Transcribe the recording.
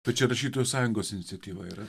tai čia rašytojų sąjungos iniciatyva yra